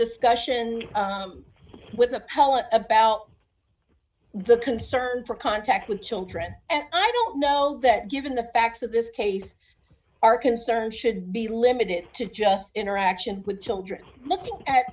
discussion with a poem about the concern for contact with children and i don't know that given the facts of this case our concern should be limited to just interaction with children looking at